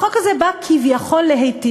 החוק הזה בא כביכול להיטיב.